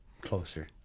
closer